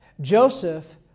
Joseph